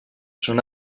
són